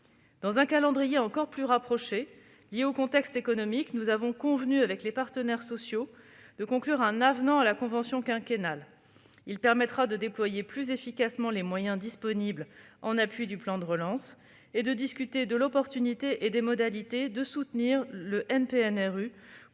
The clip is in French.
Dans un calendrier encore plus rapproché, lié au contexte économique, nous sommes convenus avec les partenaires sociaux de conclure un avenant à la convention quinquennale. Ce document permettra de déployer plus efficacement les moyens disponibles en appui du plan de relance et de discuter de la meilleure méthode permettant de soutenir le NPNRU,